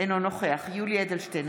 אינו נוכח יולי יואל אדלשטיין,